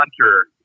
Hunter